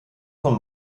von